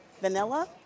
Vanilla